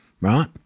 right